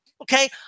okay